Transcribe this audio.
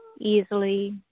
easily